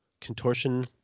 contortion